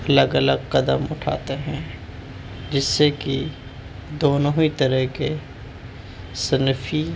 الگ الگ قدم اٹھاتے ہیں جس سے کہ دونوں ہی طرح کے صنفی